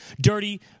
dirty